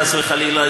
חס וחלילה,